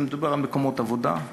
מדובר על מקומות עבודה,